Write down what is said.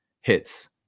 hits